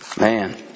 Man